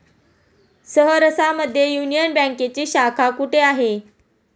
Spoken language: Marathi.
सहरसा मध्ये युनियन बँकेची शाखा कुठे आहे?